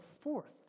fourth